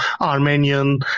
Armenian